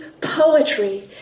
poetry